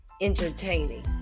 Entertaining